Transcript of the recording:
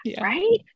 right